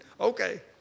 okay